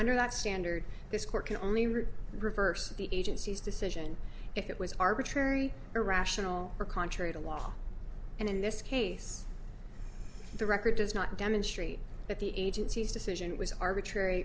under that standard this court can only read reverse the agency's decision if it was arbitrary irrational or contrary to law and in this case the record does not demonstrate that the agency's decision was arbitrary